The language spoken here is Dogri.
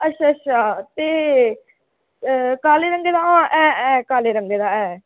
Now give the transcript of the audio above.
अच्छा अच्छा ते एह् काले रंगे दा हां है है काले रंगे दा है